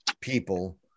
people